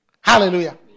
Hallelujah